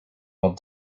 all